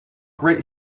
great